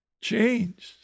changed